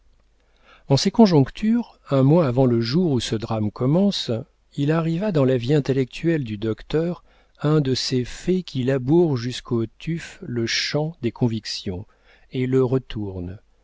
en ces conjonctures un mois avant le jour où ce drame commence il arriva dans la vie intellectuelle du docteur un de ces faits qui labourent jusqu'au tuf le champ des convictions et le retournent